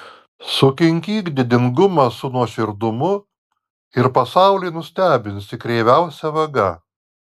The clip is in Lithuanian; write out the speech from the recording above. sukinkyk didingumą su nuoširdumu ir pasaulį nustebinsi kreiviausia vaga